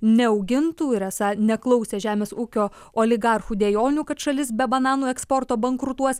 neaugintų ir esą neklausę žemės ūkio oligarchų dejonių kad šalis be bananų eksporto bankrutuos